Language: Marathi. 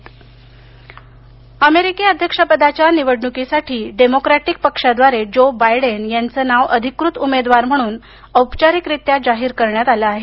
बायडन अमेरिकी अध्यक्षपदाच्या निवडणुकीसाठी डेमोक्रॅटिक पक्षाद्वारे जो बायडेन यांचं नाव अधिकृत उमेदवार म्हणून औपचारिकरित्या जाहीर करण्यात आलं आहे